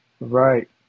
Right